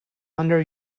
under